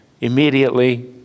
immediately